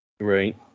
right